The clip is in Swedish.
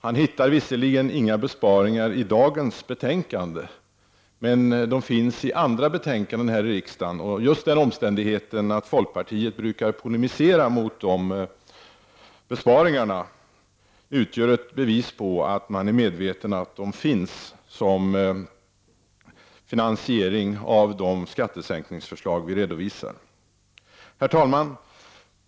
Han hittar visserligen inga förslag till besparingar i reservationer till dagens betänkande, men de finns i andra betänkanden från riksdagens utskott. Just den omständigheten att folkpartiet brukar polemisera mot förslagen till de besparingarna utgör ett bevis på att man är medveten om att de finns som finansiering av de skattesänkningsförslag vi redovisar. Herr talman!